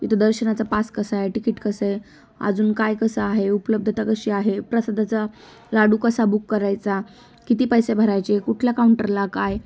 इथं दर्शनाचा पास कसा आहे तिकीट कसं आहे अजून काय कसं आहे उपलब्धता कशी आहे प्रसादाचा लाडू कसा बुक करायचा किती पैसे भरायचे कुठल्या काउंटरला काय